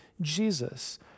Jesus